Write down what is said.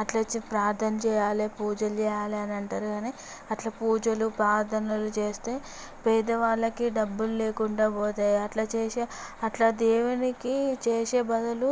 అట్ల వచ్చి ప్రార్ధన చేయాలి పూజలు చేయాలి అని అంటారు కానీ అట్లా పూజలు ప్రార్ధనలు చేస్తే పేదవాళ్ళకి డబ్బులు లేకుండా పోతాయి అట్ల చేసే అట్ల దేవునికి చేసే బదులు